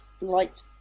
light